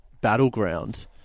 battleground